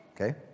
Okay